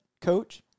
coach